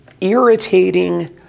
irritating